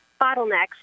bottlenecks